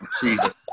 Jesus